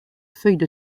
feuille